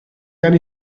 anni